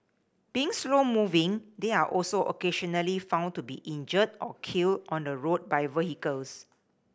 being slow moving they are also occasionally found to be injured or killed on the road by vehicles